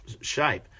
shape